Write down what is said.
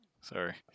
Sorry